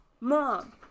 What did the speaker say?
mom